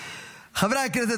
חברי הכנסת,